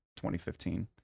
2015